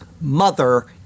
mother